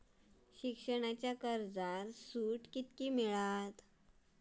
शिक्षणाच्या कर्जावर सूट किती मिळात?